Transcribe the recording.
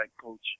coach